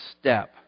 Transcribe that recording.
step